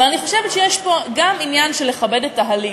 אני חושבת שיש פה גם עניין של לכבד את ההליך.